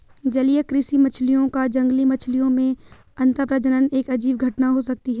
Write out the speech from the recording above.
जलीय कृषि मछलियों का जंगली मछलियों में अंतःप्रजनन एक अजीब घटना हो सकती है